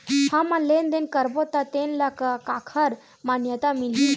हमन लेन देन करबो त तेन ल काखर मान्यता मिलही?